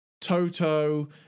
Toto